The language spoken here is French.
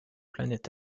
planète